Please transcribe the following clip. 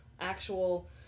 actual